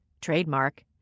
trademark